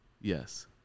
yes